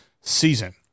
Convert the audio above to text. season